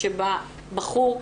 כשבא בחור,